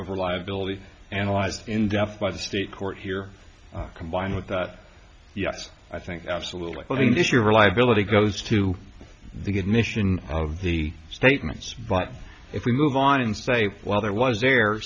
reliability analyzed in depth by the state court here combined with that yes i think absolutely well indicia reliability goes to the admission of the statements but if we move on and say well there was there